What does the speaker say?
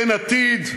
אין עתיד?